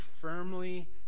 firmly